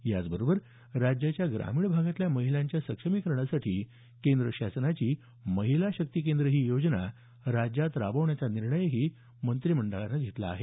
याचबरोबर राज्याच्या ग्रामीण भागातल्या महिलांच्या सक्षमीकरणासाठी केंद्र शासनाची महिला शक्ती केंद्र ही योजना राज्यात राबवण्याचा निर्णयही राज्य मंत्रिमंडळानं घेतला आहे